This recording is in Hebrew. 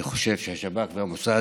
אני חושב שהמוסד